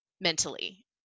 mentally